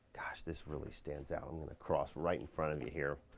gosh this really stands out. i'm gonna cross right in front of you here.